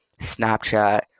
Snapchat